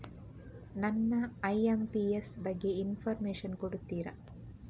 ನನಗೆ ಐ.ಎಂ.ಪಿ.ಎಸ್ ಬಗ್ಗೆ ಇನ್ಫೋರ್ಮೇಷನ್ ಕೊಡುತ್ತೀರಾ?